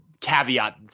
caveat